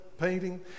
painting